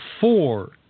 four